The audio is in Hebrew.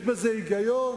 יש בזה היגיון?